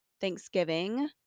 thanksgiving